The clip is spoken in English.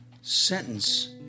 sentence